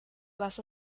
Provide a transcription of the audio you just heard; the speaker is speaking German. was